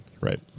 Right